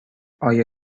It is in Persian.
آیا